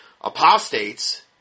apostates